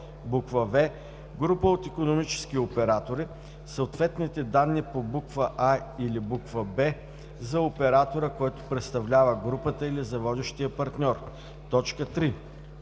в) група от икономически оператори – съответните данни по буква „а“ или буква „б“ за оператора, който представлява групата, или за водещия партньор; 3.